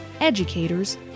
educators